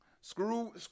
Screw